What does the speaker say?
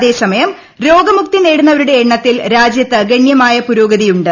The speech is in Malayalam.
അതേസമയം രോഗമുക്തി നേടുന്നവരുഉടു എണ്ണത്തിൽ രാജ്യത്ത് ഗണ്യവായ പുരോഗതിയുണ്ട്